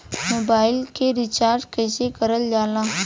Mobile में recharge कइसे करल जाला?